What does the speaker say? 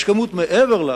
יש כמות מעבר לה